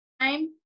time